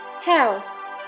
Health